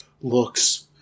looks